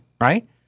right